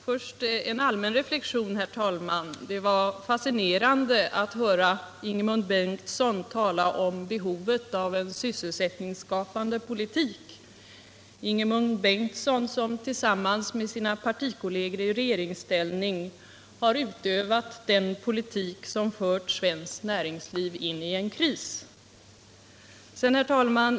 Herr talman! Först vill jag göra en allmän reflexion. Det var fascinerande att höra Ingemund Bengtsson tala om behovet av en sysselsättningsskapande politik, Ingemund Bengtsson som tillsammans med sina partikolleger i regeringsställning har drivit den politik som fört svenskt näringsliv in i en kris.